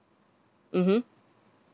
mmhmm